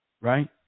right